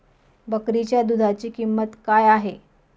बकरीच्या दूधाची किंमत काय आहे?